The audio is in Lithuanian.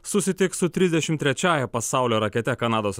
susitiks su trisdešimt trečiąja pasaulio rakete kanados